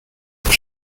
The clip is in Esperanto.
truo